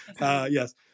yes